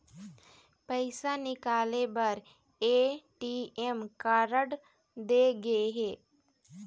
पइसा निकाले बर ए.टी.एम कारड दे गे हे